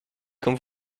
comme